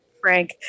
Frank